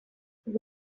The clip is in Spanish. sus